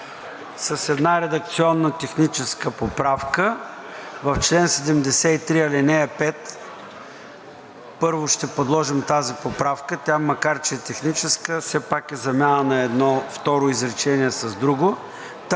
с една редакционна техническа поправка в чл. 73, ал. 5. Първо ще подложим тази поправка. Тя, макар че е техническа, все пак е замяна на едно второ изречение с друго.